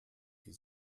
die